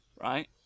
right